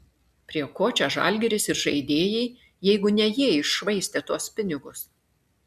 prie ko čia žalgiris ir žaidėjai jeigu ne jie iššvaistė tuos pinigus